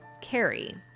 Carrie